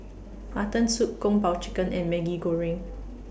Mutton Soup Kung Po Chicken and Maggi Goreng